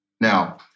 Now